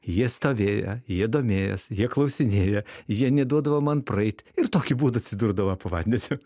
jie stovėjo jie domėjosi jie klausinėjo jie neduodavo man praeit ir tokiu būdu atsidurdavo po vandeniu